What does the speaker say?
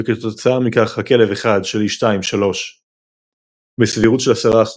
וכתוצאה מכך "הכלב 1 שלי 2 3 "; בסבירות של 10%,